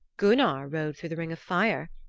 gunnar rode through the ring of fire.